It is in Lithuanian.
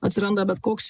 atsiranda bet koks